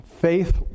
Faith